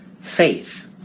faith